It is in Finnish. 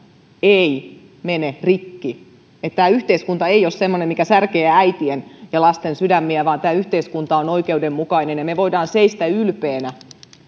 ei mene rikki että tämä yhteiskunta ei ole semmoinen mikä särkee äitien ja lasten sydämiä vaan tämä yhteiskunta on oikeudenmukainen ja me voimme seistä ylpeinä